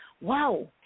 wow